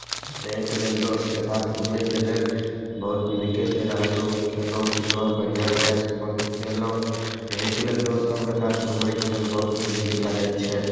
तऽ ओहिके लेल दोस्तके साथ घूमयके लेल बहुत नीकेसँ रहलहुँ खयलहुँ पीलहुँ बढ़िआँसँ ऐश मौज कयलहुँ इएहके लेल दोस्त सभके साथ घूमयके लेल बहुत नीक लगै छै